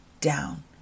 down